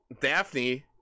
Daphne